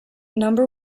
number